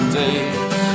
days